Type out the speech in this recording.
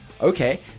Okay